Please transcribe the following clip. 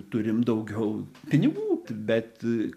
turim daugiau pinigų bet